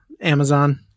Amazon